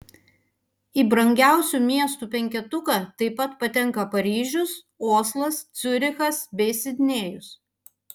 į brangiausių miestų penketuką taip pat patenka paryžius oslas ciurichas bei sidnėjus